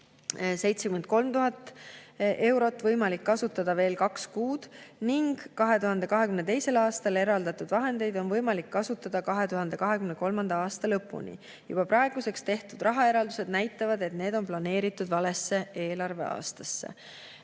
73 000 eurot võimalik kasutada veel kaks kuud ning 2022. aastal eraldatud vahendeid on võimalik kasutada 2023. aasta lõpuni. Juba praeguseks tehtud rahaeraldused näitavad, et need on planeeritud valesse eelarveaastasse.